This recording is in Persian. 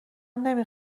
نمی